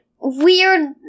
weird